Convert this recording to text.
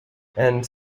and